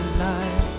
life